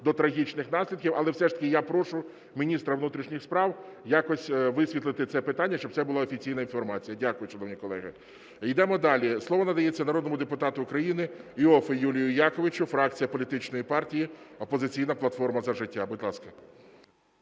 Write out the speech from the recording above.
до трагічних наслідків. Але все ж таки я прошу міністра внутрішніх справ якось висвітлити це питання, щоб це була офіційна інформація. Дякую, шановні колеги. Йдемо далі. Слово надається народному депутату України Іоффе Юлію Яковичу, фракція політичної партії "Опозиційна платформа – За життя". Будь ласка.